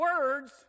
words